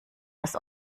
des